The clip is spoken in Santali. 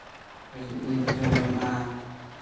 ᱡᱚᱢ ᱧᱩᱜᱼᱟ